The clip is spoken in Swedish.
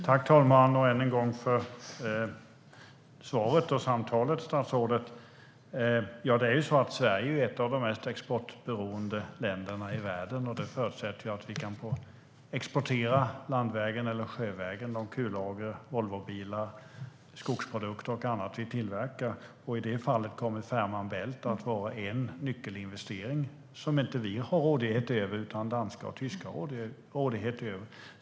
Fru talman! Tack än en gång för svaret och samtalet, statsrådet! Sverige är ett av de mest exportberoende länderna i världen. Det förutsätter att vi kan exportera, landvägen eller sjövägen, de kullager, Volvobilar, skogsprodukter och annat som vi tillverkar. I det fallet kommer Fehmarn Bält att vara en nyckelinvestering som vi inte har rådighet över, utan det har danskar och tyskar.